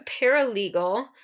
paralegal